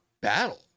battle